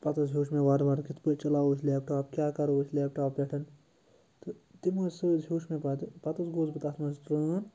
پَتہٕ حظ ہیوٚچھ مےٚ وارٕ وارٕ کِتھ پٲٹھۍ چَلاوو أسۍ لیپٹاپ کیٛاہ کَرو أسۍ لیپٹاپ پٮ۪ٹھ تہٕ تِم حظ سُہ حظ ہیوٚچھ مےٚ پَتہٕ پَتہٕ حظ گوس بہٕ تَتھ منٛز ٹرٛٲن